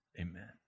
Amen